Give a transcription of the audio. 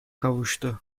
kavuştu